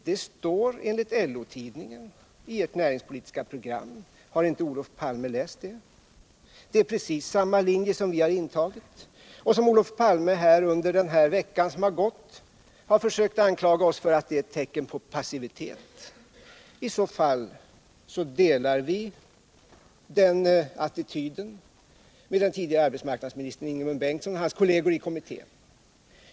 Så står det enligt LO-tidningen i ert näringspolitiska program. Har inte Olof Palme läst det? Precis samma linje har vi fört, men Olof Palme har under den vecka som gått försökt anklaga oss för det såsom ett tecken på passivitet. I så fall delar vi den attityden med den tidigare arbetsmarknadsministern Ingemund Bengtsson och hans kolleger i kommittén.